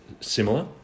similar